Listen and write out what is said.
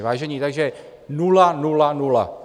Vážení, takže nula, nula, nula.